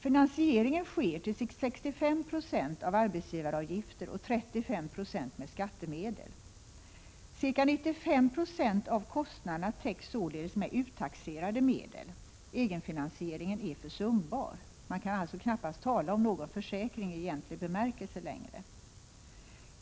Finansieringen sker till 65 96 av arbetsgivaravgifter och till 35 26 med skattemedel. Ca 95 26 av kostnaderna täcks med uttaxerade medel. Egenfinansieringen är försumbar. Man kan alltså knappast längre tala om någon försäkring i egentlig bemärkelse.